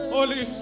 Holy